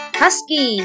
husky